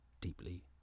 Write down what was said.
deeply